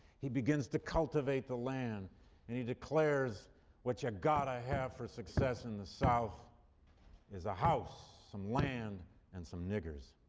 he begins to cultivate the land and he declares what you got to have for success in the south is a house, some land and some niggers.